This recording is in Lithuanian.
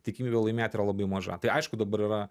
tikimybė laimėt yra labai maža tai aišku dabar yra